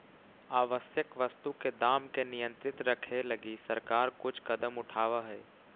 आवश्यक वस्तु के दाम के नियंत्रित रखे लगी सरकार कुछ कदम उठावऽ हइ